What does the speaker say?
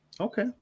Okay